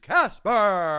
Casper